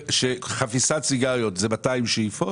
לפי דבריך חפיסת סיגריות היא 200 שאיפות